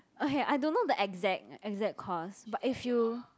okay I don't know the exact exact cause but if you